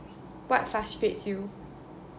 what frustrates you